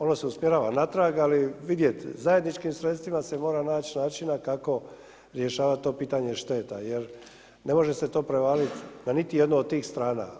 Ono se usmjerava natrag, ali vidjeti zajedničkim sredstvima se mora naći načina kako rješavati to pitanje šteta jel ne može se to prevaliti na niti jednu od tih strana.